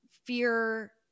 fear